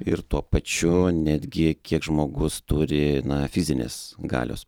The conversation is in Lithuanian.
ir tuo pačiu netgi kiek žmogus turi na fizinės galios